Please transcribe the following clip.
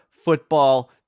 football